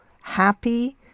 happy